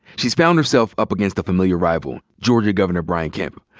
she's found herself up against a familiar rival, georgia governor brian kemp,